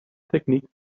techniques